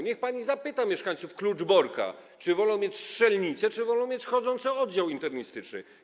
Niech pani zapyta mieszkańców Kluczborka, czy wolą mieć strzelnicę, czy wolą mieć chodzący oddział internistyczny.